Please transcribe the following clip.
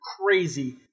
crazy